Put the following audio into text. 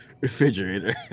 refrigerator